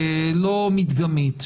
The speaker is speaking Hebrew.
לא מדגמית,